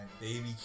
Baby